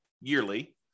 yearly